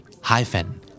Hyphen